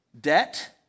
Debt